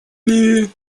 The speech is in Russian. ливии